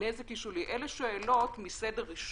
הנזק הוא שולי אלו שאלות מסדר ראשון.